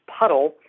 puddle